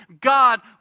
God